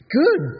good